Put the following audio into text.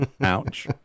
Ouch